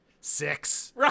six